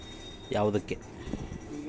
Aadhaar card ಬೇಕಾ?